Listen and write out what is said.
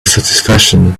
satisfaction